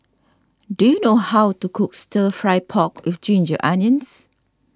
do you know how to cook Stir Fry Pork with Ginger Onions